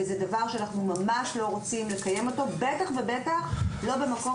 וזה דבר שאנחנו ממש לא רוצים לקיים; בטח ובטח לא במקום